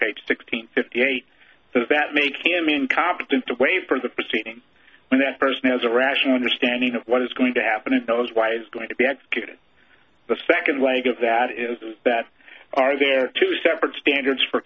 page sixteen fifty eight does that make him incompetent to waive from the proceeding when that person has a rational understanding of what is going to happen in those wise going to be executed the second leg of that isn't that are there two separate standards for